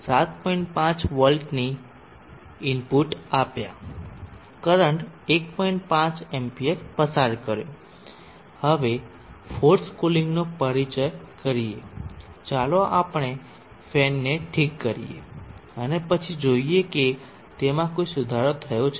2 પર છે